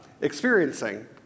experiencing